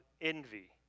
envy